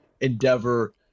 endeavor